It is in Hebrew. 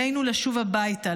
עלינו לשוב הביתה,